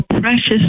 precious